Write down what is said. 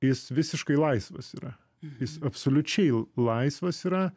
jis visiškai laisvas yra jis absoliučiai l laisvas yra